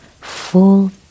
full